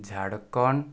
Jharkhand